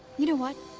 you know what?